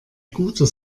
guter